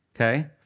okay